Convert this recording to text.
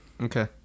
Okay